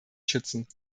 schützen